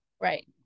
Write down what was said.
right